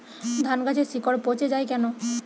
ধানগাছের শিকড় পচে য়ায় কেন?